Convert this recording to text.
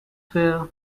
fair